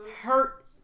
hurt